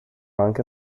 anche